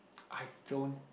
I don't